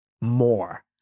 more